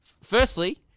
firstly